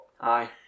aye